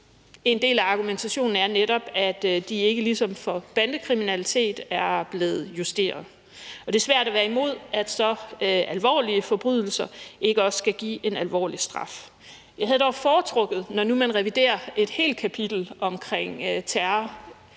En del af argumentationen er netop, at de ikke er blevet justeret, ligesom strafskærpelserne for bandekriminalitet er blevet, og det er svært at være imod, at så alvorlige forbrydelser ikke også skal give en alvorlig straf. Jeg havde dog foretrukket, når nu man reviderer et helt kapitel om terror,